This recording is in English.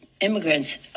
immigrants